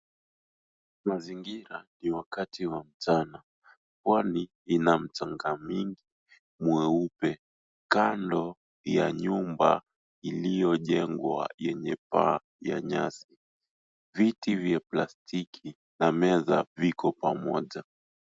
Mazingira ni wakati wa mchana. Pwani ina mchanga mingi mweupe. Kando ya nyumba iliyo jengwa yenye paa ya nyasi. Viti vya plastiki na meza viko pamoja.